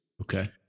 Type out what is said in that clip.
Okay